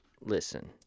listen